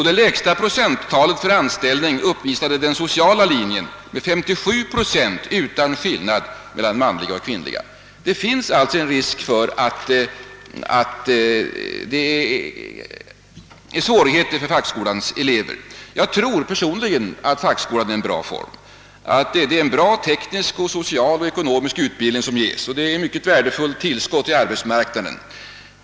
Det lägsta antalet som erhållit anställning uppvisade den sociala linjen med 537 procent, utan skillnad mellan manliga och kvinnliga elever. Det finns alltså risk för att fackskolans elever kan möta svårigheter. Jag tror personligen att fackskolan är en bra skolform, med den tekniska, sociala och ekonomiska utbildning som där ges, och att eleverna i fackskolan blir ett utmärkt tillskott till arbetsmarknaden.